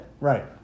Right